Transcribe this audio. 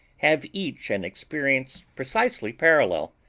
have each an experience precisely parallel,